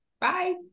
bye